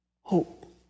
hope